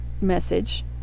message